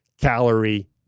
calorie